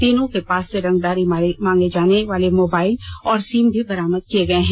तीनों के पास से रंगदारी मांगे जाने वाले मोबाइल और सीम को भी बरामद किये गये हैं